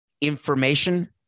information